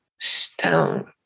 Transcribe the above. stone